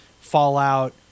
Fallout